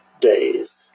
days